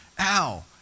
Ow